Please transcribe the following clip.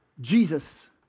Jesus